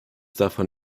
davon